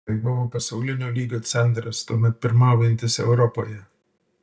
tai buvo pasaulinio lygio centras tuomet pirmaujantis europoje